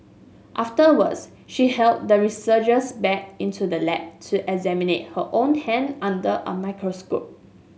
afterwards she hauled the researchers back into the lab to examine her own hand under a microscope